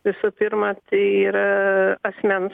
visų pirma tai yra asmens